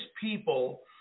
people